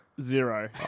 Zero